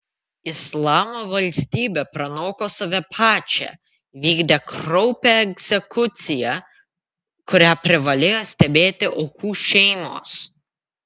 islamo valstybė pranoko save pačią vykdė kraupią egzekuciją kurią privalėjo stebėti aukų šeimos